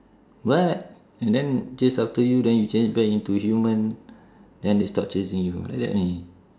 what and then chase after you then you change back into human then they stop chasing you like that only